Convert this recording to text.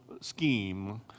scheme